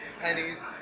pennies